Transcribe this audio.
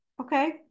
Okay